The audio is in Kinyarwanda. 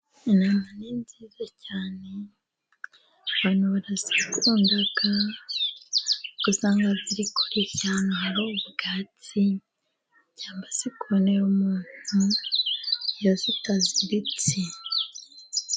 Intama ni nziza cyane abantu barazikunda, usanga ziri kurisha ahantu hari ubwatsi cyangwa iruhande rw'umuntu iyo zitaziritse.